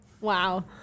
Wow